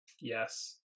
Yes